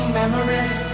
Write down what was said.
memories